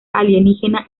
alienígena